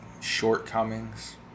shortcomings